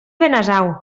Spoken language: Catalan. benasau